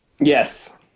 yes